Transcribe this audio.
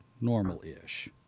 normal-ish